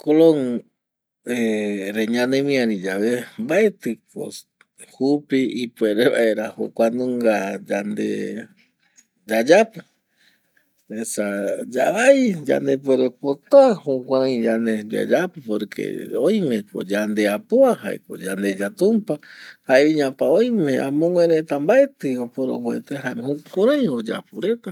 ﻿Klon re ñanemiari yave, mbaetiko jupi ipuere vaera jokuanunga yande yayapo, esa yavai yandepuere pota jukurai yande yayapo, porque oimekomyandeapoa jaeko yandeya tumpa jaeviñapa oime amöguë reta mbaeti oporomboete jaema jukuräi oyapo reta